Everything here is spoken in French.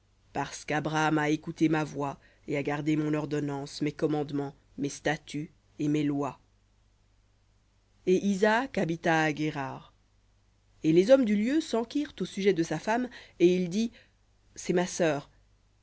parce qu'abraham a écouté ma voix et a gardé mon ordonnance mes commandements mes statuts et mes lois et isaac habita à guérar et les hommes du lieu s'enquirent au sujet de sa femme et il dit c'est ma sœur